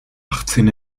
achtzehn